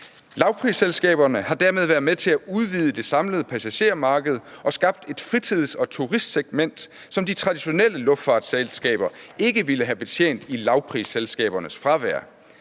Lavprisselskaberne har dermed været med til at udvide det samlede passagermarked og skabt et fritids- og turistsegment, som de traditionelle luftfartsselskaber ikke ville have betjent i lavprisselskabernes fravær.